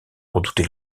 redouter